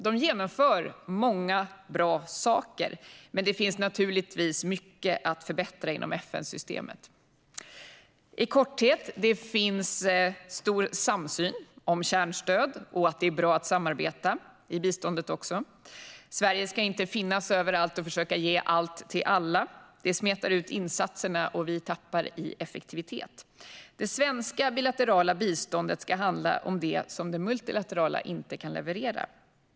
De genomför många bra saker, men det finns naturligtvis mycket att förbättra inom FN-systemet. I korthet: Det finns stor samsyn om kärnstöd och om att det är bra att samarbeta i fråga om biståndet. Sverige ska inte finnas överallt och försöka ge allt till alla. Det smetar ut insatserna, och vi tappar i effektivitet. Det svenska bilaterala biståndet ska handla om det som det multilaterala inte kan leverera.